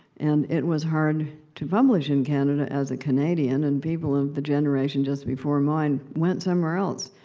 and it was hard to publish in canada, as a canadian, and people of the generation just before mine went somewhere else.